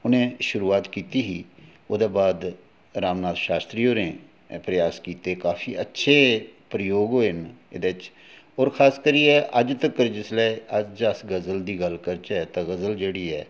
उ'नें शुरूआत कीती ही ओह्दे बाद रामनाथ शास्त्री होरें प्रयास कीते काफी अच्छे प्रयोग होए एह्दे च और खास करियै अज्ज तकर जिसलै गजल दी गल्ल करचै तां गजल जेह्ड़ी ऐ